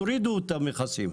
תורידו את המכסים.